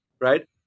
right